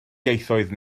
ieithoedd